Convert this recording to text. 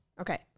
Okay